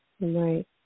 Right